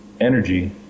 energy